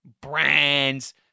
Brands